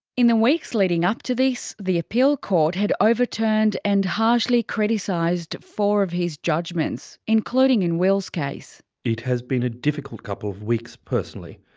in the weeks leading up to this, the appeal court had overturned and harshly criticised four of his judgements, including in will's case. it has been a difficult couple of weeks personally.